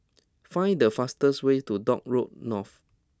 find the fastest way to Dock Road North